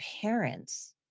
parents